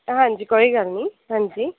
ਹਾਂਜੀ ਕੋਈ ਗੱਲ ਨਹੀਂ ਹਾਂਜੀ